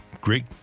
great